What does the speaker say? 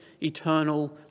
eternal